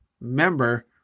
member